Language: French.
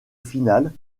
finale